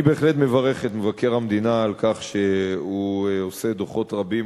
אני בהחלט מברך את מבקר המדינה על כך שהוא עושה דוחות רבים